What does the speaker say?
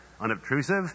unobtrusive